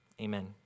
Amen